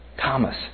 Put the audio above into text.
Thomas